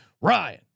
Ryan